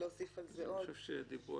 עכשיו מה